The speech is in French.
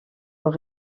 leur